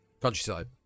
countryside